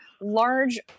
large